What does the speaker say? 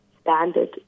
standard